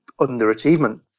underachievement